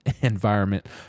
environment